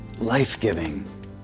life-giving